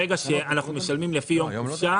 ברגע שאנחנו משלמים לפי יום חופשה,